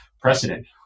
precedent